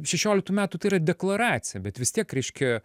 šešioliktų metų tai yra deklaracija bet vis tiek reiškia